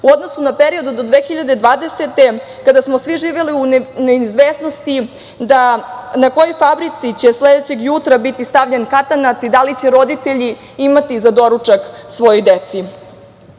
u odnosu na period do 2020. godine, kada smo svi živeli u neizvesnosti na kojoj fabrici će sledećeg jutra biti stavljen katanac i da li će roditelji imati za doručak svojoj